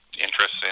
interests